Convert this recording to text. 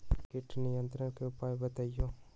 किट नियंत्रण के उपाय बतइयो?